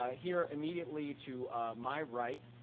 um here, immediately to my right,